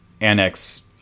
annex